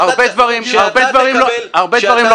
כשאתה --- הרבה דברים לא